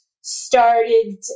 started